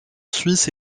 suisse